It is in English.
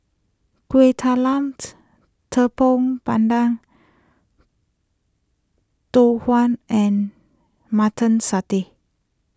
Kueh Talamt Tepong Pandan Tau Huay and Mutton Satay